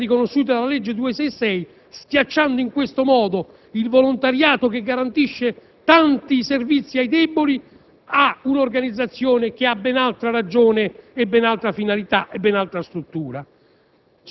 riconosciuta dalla legge n. 266 del 1991, schiacciando in questo modo il volontariato, che garantisce tanti servizi ai deboli, rispetto a un'organizzazione che ha ben altra ragion d'essere, ben altra finalità e ben altra struttura.